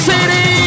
City